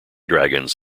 dragons